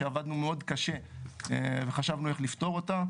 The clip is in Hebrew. שעבדנו מאוד קשה וחשבנו איך לפתור אותה,